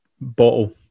bottle